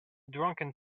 drunken